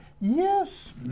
Yes